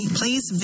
please